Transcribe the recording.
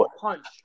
punch